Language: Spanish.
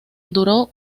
duró